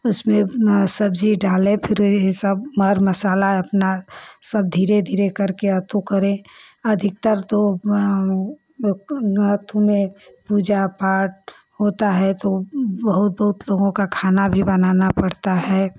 उसमें सब्ज़ी डालें फिर इसमें मर मसाला अपना सब धीरे धीरे कर के अथो करें अधिकतर तो पूजा पाठ होता है तो बहुत बहुत लोगों का खाना भी बनाना पड़ता है